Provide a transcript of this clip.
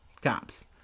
cops